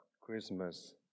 Christmas